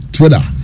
Twitter